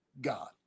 God